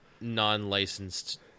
non-licensed